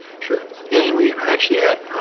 sure yeah and we actually had